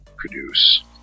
produce